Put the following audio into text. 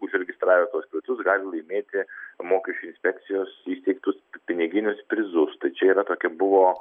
užregistravę tuos kvitus gali laimėti mokesčių inspekcijos įsteigtus piniginius prizus tai čia yra tokia buvo